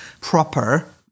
proper